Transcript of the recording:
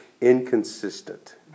inconsistent